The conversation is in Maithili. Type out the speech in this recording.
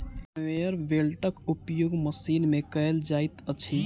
कन्वेयर बेल्टक उपयोग मशीन मे कयल जाइत अछि